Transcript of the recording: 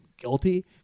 guilty